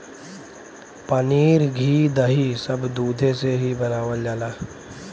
पनीर घी दही सब दुधे से ही बनावल जाला